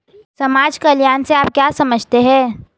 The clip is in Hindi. समाज कल्याण से आप क्या समझते हैं?